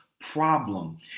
problem